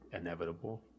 inevitable